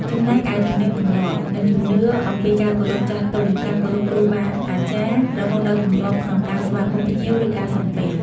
ចំណែកឯទំនៀមទម្លាប់ និងជំនឿអំពីការគោរពចាស់ទុំ ការគោរពគ្រូបាអាចារ្យ រហូតដល់ទម្លាប់ក្នុងការស្វាគមន៍ភ្ញៀវ ឬការសំពះ។